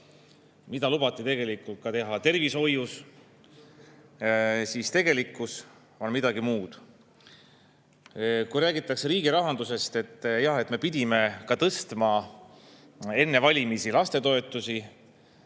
mida lubati teha tervishoius, siis tegelikkus on midagi muud. Kui räägitakse riigi rahandusest, et jah, me pidime tõstma enne valimisi lastetoetusi,